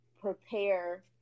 prepare